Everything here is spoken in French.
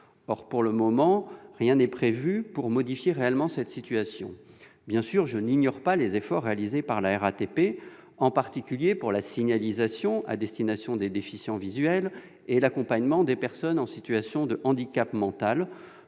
Or, pour le moment, rien n'est prévu pour modifier réellement cette situation. Bien sûr, je n'ignore pas les efforts réalisés par la RATP, en particulier pour la signalisation à destination des déficients visuels et l'accompagnement des personnes en situation de handicap mental,